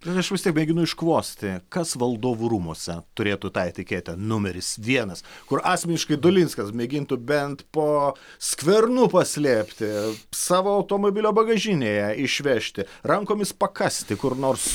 aš vis tiek mėginu iškvosti kas valdovų rūmuose turėtų tą etiketę numeris vienas kur asmeniškai dolinskas mėgintų bent po skvernu paslėpti savo automobilio bagažinėje išvežti rankomis pakasti kur nors